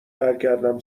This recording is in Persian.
برگردم